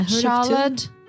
Charlotte